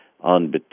on